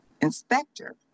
Inspector